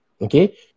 Okay